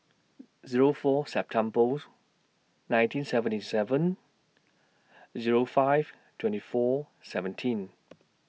Zero four Septembers nineteen seventy seven Zero five twenty four seventeen